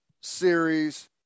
series